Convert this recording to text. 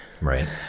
Right